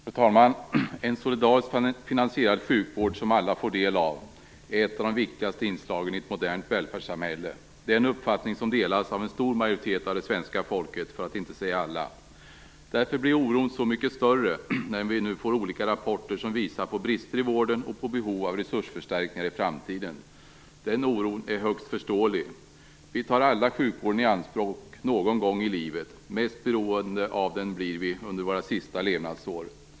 Fru talman! En solidariskt finansierad sjukvård som alla får del av är ett av de viktigaste inslagen i ett modernt välfärdssamhälle. Det är en uppfattning som delas av en stor majoritet av det svenska folket, för att inte säga alla. Därför blir oron så mycket större när vi nu får olika rapporter som visar på brister i vården och på behov av resursförstärkningar i framtiden. Den oron är högst förståelig. Vi tar alla sjukvården i anspråk någon gång i livet. Mest beroende av den blir vi under våra sista levnadsår.